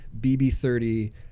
BB30